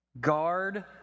guard